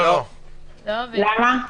למה?